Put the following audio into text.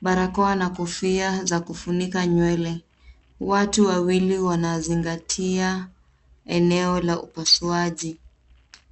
barakoa na kofia za kufunika nywele. Watu wawili wanazingatia eneo la upasuaji.